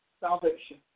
salvation